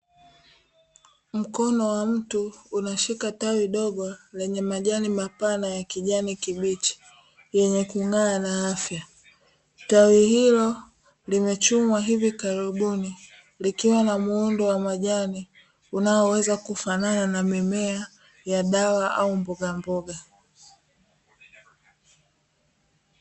Mkono wa mtu unashika tawi dogo lenye majani mapana ya kijani kibichi yenye kung'aa na afya, tawi hilo limechumwa hivi karibuni likiwa la muundo wa majani, unaoweza kufanana na mimea ya dawa au mboga mboga.